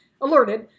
alerted